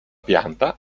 pianta